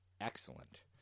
excellent